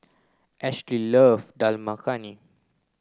Ashely love Dal Makhani